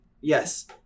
yes